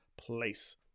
place